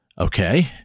Okay